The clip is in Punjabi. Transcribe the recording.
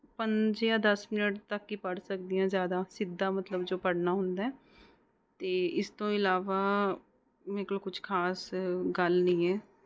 ਪੰਜ ਜਾਂ ਦਸ ਮਿੰਟ ਤੱਕ ਹੀ ਪੜ੍ਹ ਸਕਦੀ ਹਾਂ ਜ਼ਿਆਦਾ ਸਿੱਧਾ ਮਤਲਬ ਜੋ ਪੜ੍ਹਨਾ ਹੁੰਦਾ ਹੈ ਅਤੇ ਇਸ ਤੋਂ ਇਲਾਵਾ ਮੇਰੇ ਕੋਲ ਕੁਝ ਖ਼ਾਸ ਗੱਲ ਨਹੀਂ ਹੈ